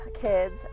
kids